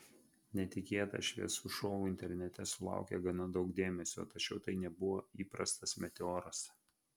netikėtas šviesų šou internete sulaukė gana daug dėmesio tačiau tai nebuvo įprastas meteoras